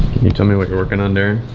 you tell me what you're working on, darren?